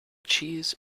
cheese